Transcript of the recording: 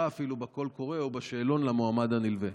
אפילו בקול קורא או בשאלון למועמד הנלווה?